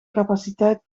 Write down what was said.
capaciteit